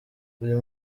uyu